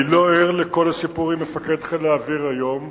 אני לא ער לכל הסיפור עם מפקד חיל האוויר היום.